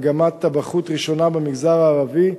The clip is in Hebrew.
מגמת טבחות ראשונה במגזר הערבי,